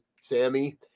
Sammy